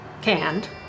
canned